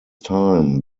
time